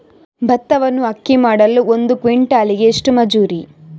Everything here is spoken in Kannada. ಭತ್ತವನ್ನು ಅಕ್ಕಿ ಮಾಡಲು ಒಂದು ಕ್ವಿಂಟಾಲಿಗೆ ಎಷ್ಟು ಮಜೂರಿ?